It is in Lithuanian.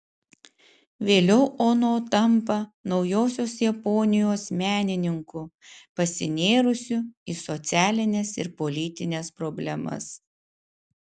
vėliau ono tampa naujosios japonijos menininku pasinėrusiu į socialines ir politines problemas